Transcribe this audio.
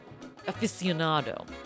aficionado